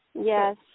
Yes